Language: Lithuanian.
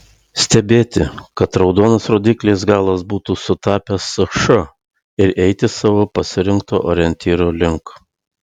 stebėti kad raudonas rodyklės galas būtų sutapęs su š ir eiti savo pasirinkto orientyro link